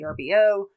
RBO